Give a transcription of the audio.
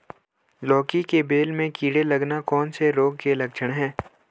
लौकी की बेल में कीड़े लगना कौन से रोग के लक्षण हैं?